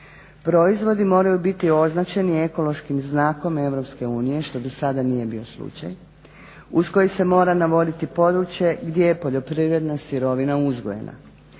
Proizvodi moraju biti označeni ekološkim znakom EU što do sada nije bio slučaj uz koji se mora navoditi područje gdje je poljoprivredna sirovina uzgojena.